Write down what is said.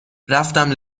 رفتم